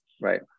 right